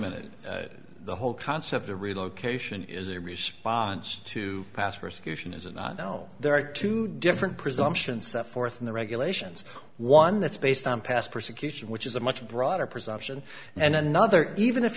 minute the whole concept the relocation is a response to past persecution is it not now there are two different presumptions set forth in the regulations one that's based on past persecution which is a much broader presumption and another even if